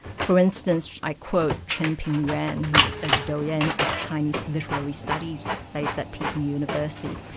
for instance, i quote chen pingyuan, who's a doyen of chinese literary studies based at peking university,